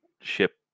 ship